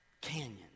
canyon